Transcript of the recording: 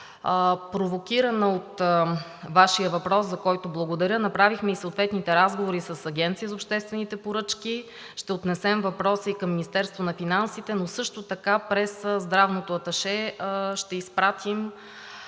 Провокирана от Вашия въпрос, за който благодаря, направихме и съответните разговори с Агенцията за обществените поръчки. Ще отнесем въпроса и към Министерството на финансите, но също така през здравното аташе ще изпратим